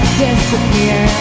disappear